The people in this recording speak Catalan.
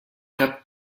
cap